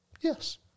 yes